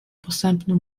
posępną